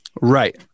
Right